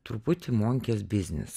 truputį monkės biznis